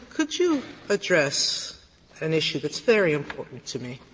could you address an issue that's very important to me,